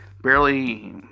barely